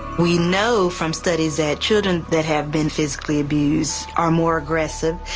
we know from studies that children that have been physically abused are more aggressive.